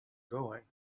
going